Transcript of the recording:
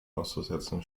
auszusetzen